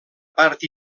part